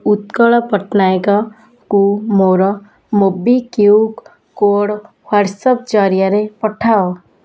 ଉତ୍କଳ ପଟ୍ଟନାୟକଙ୍କୁ ମୋର MobiKwik code WhatsApp ଜରିଆରେ ପଠାଅ